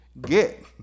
get